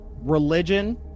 religion